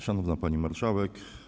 Szanowna Pani Marszałek!